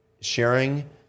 sharing